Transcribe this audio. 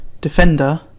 Defender